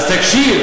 אז תקשיב.